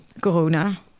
corona